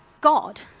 God